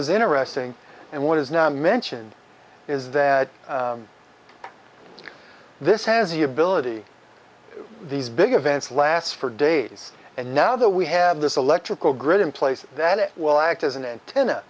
is interesting and what is not mentioned is that this has the ability these big events last for days and now that we have this electrical grid in place that it will act as an antenna